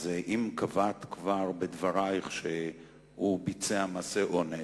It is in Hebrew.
אז אם כבר קבעת בדברייך שהוא ביצע מעשה אונס,